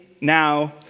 now